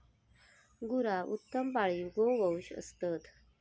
गुरा उत्तम पाळीव गोवंश असत